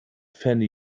fanny